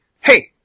hey